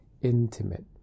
intimate